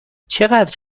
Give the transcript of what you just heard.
چقدر